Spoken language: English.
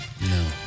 No